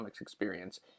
experience